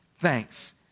thanks